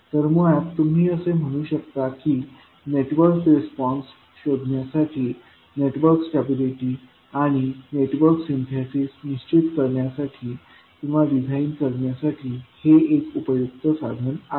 तर मुळात तुम्ही असे म्हणू शकता की नेटवर्क रिस्पॉन्स शोधण्यासाठी नेटवर्क स्टॅबिलिटी आणि नेटवर्क सिंथेसिस निश्चित करण्यासाठी किंवा डिझाइन करण्यासाठी हे एक उपयुक्त साधन आहे